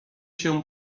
się